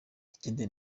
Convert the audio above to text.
ikindi